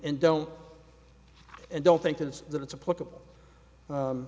and don't and don't think it's that it's a